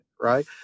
right